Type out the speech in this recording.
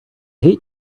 hate